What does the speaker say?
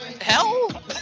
hell